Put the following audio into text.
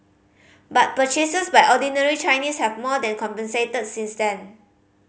but purchases by ordinary Chinese have more than compensated since then